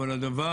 אבל הדבר